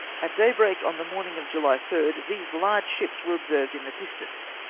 at daybreak, on the morning of july third, these large ships were observed in the distance,